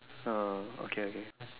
uh okay okay